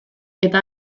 eta